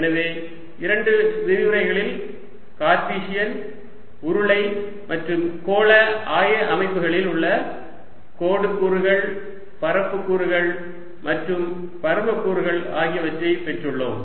எனவே 2 விரிவுரைகளில் கார்ட்டீசியன் உருளை மற்றும் கோள ஆய அமைப்புகளில் உள்ள கோடு கூறுகள் பரப்பு கூறுகள் மற்றும் பருமக்கூறுகள் ஆகியவற்றைப் பெற்றுள்ளோம்